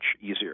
easier